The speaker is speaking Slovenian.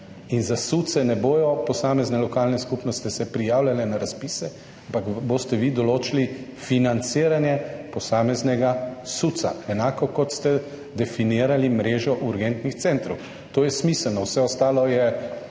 in za SUC se posamezne lokalne skupnosti ne bodo prijavljale na razpise, ampak boste vi določili financiranje posameznega SUC, enako kot ste definirali mrežo urgentnih centrov. To je smiselno, vse ostalo je